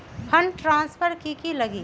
Fund transfer कि की लगी?